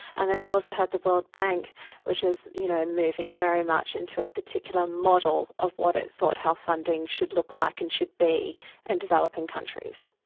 and then you also had the world bank which was you know moving very much into a particular model of what it thought health funding should look like and should be in and developing countries.